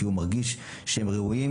כי הוא מרגיש שהם ראויים